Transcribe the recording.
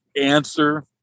answer